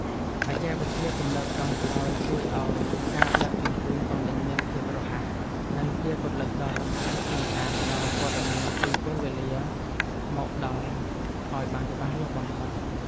បច្ចេកវិទ្យាទំនើបចុងក្រោយជួយឱ្យការដឹកជញ្ជូនទំនិញមានភាពរហ័ស និង ជាគន្លឹះដ៏សំខាន់ក្នុងការផ្តល់ព័ត៌មានពីពេលវេលាមកដល់ឱ្យបានច្បាស់លាស់បំផុត។